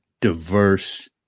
diverse